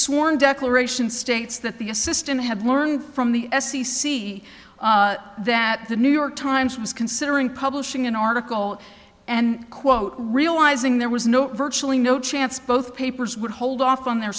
sworn declaration states that the assistant had learned from the f c c that the new york times was considering publishing an article and quote realizing there was no virtually no chance both papers would hold off on their